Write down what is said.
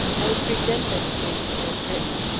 i will present them to you as written.